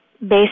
based